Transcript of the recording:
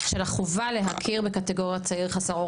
ואפשר גם לומר שבקורונה כשראינו שצעירים היו